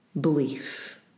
belief